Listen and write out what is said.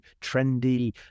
trendy